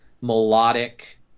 melodic